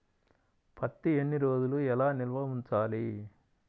పత్తి ఎన్ని రోజులు ఎలా నిల్వ ఉంచాలి?